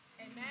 Amen